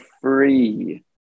free